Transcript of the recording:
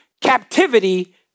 captivity